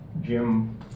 Jim